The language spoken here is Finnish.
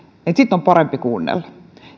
että sitten on parempi kuunnella